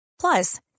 Plus